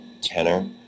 tenor